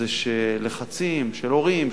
זה שלחצים של הורים,